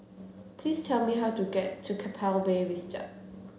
please tell me how to get to Keppel Bay Vista